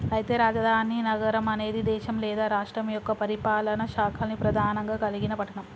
అయితే రాజధాని నగరం అనేది దేశం లేదా రాష్ట్రం యొక్క పరిపాలనా శాఖల్ని ప్రధానంగా కలిగిన పట్టణం